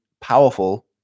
powerful